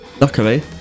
Luckily